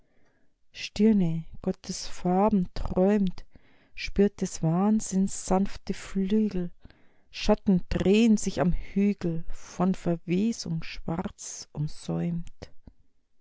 gottes farben träumt spürt des wahnsinns sanfte flügel schatten drehen sich am hügel von verwesung schwarz umsäumt